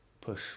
push